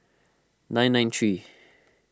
nine nine three